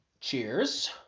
Cheers